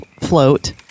float